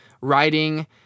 writing